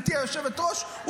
גברתי היושבת-ראש?